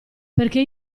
perché